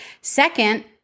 Second